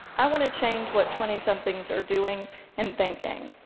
i want to change what twentysomethings are doing and thinking.